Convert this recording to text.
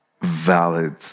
valid